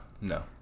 no